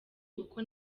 uko